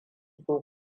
ko